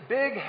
big